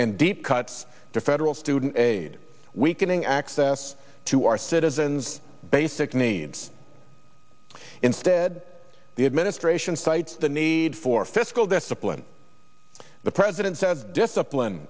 and deep cuts to federal student aid weakening access to our citizens basic needs instead the administration cites the need for fiscal discipline the president said discipline